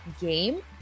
game